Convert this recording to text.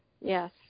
Yes